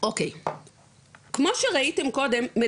כמו שראיתם קודם,